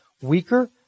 Weaker